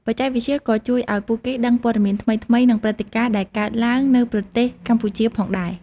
បច្ចេកវិទ្យាក៏ជួយឲ្យពួកគេដឹងព័ត៌មានថ្មីៗ និងព្រឹត្តិការណ៍ដែលកើតឡើងនៅប្រទេសកម្ពុជាផងដែរ។